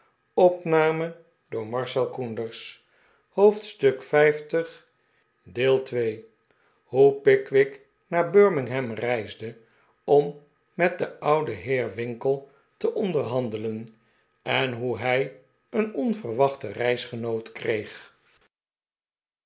pickwick naar birmingham reisde om met den ouden heer winkle te onderhandelen en hoe hij een onverwachten reisgenoot kreeg